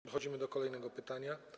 Przechodzimy do kolejnego pytania.